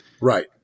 Right